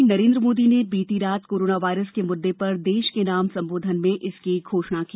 प्रधानमंत्री नरेंद्र मोदी ने बीती रात कोरोना वायरस के मुद्दे पर देश के नाम संबोधन में इसकी घोषणा की